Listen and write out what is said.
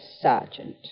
Sergeant